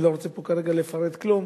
אני לא רוצה כרגע לפרט פה כלום,